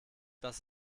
das